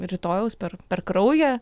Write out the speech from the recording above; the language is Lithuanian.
rytojaus per per kraują